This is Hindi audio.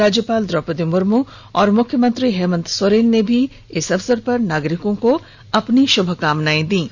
राज्यपाल द्रौपदी मुर्मू और मुख्यमंत्री हेमन्त सोरेन ने भी रक्षा बंधन के अवसर पर नागरिकों को अपनी शुभकामनाएं दी है